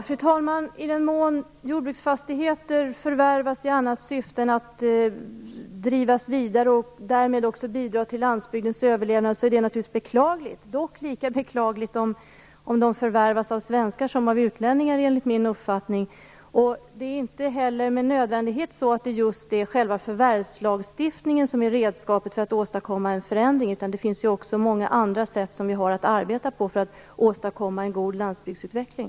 Fru talman! I den mån jordbruksfastigheter förvärvas i annat syfte än att drivas vidare och därmed också bidra till landsbygdens överlevnad är det naturligtvis beklagligt. Dock är det lika beklagligt om de förvärvas av svenskar som av utlänningar, enligt min uppfattning. Det är inte heller med nödvändighet så att det är just själva förvärvslagstiftningen som är redskapet för att åstadkomma en förändring, utan det finns ju också många andra sätt att arbeta på för att åstadkomma en god landsbygdsutveckling.